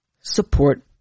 support